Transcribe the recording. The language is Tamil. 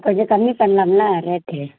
கொஞ்சம் கம்மி பண்லாம்லை ரேட்டு